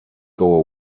koło